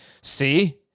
see